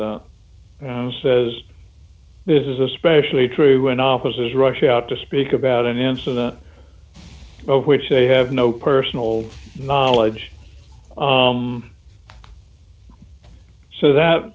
them says this is especially true when officers rush out to speak about an incident of which they have no personal knowledge so that